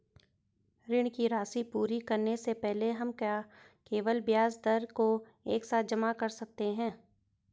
ऋण की राशि पूरी करने से पहले हम क्या केवल ब्याज दर को एक साथ जमा कर सकते हैं?